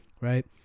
right